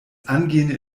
angehende